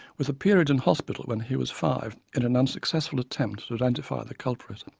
with a period in hospital when he was five in an unsuccessful attempt to identify the culprit.